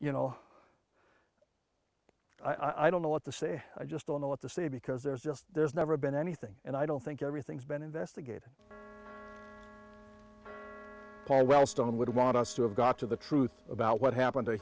you know i don't know what to say i just don't know what to say because there's just there's never been anything and i don't think everything's been investigated well stone would want us to have got to the truth about what happened to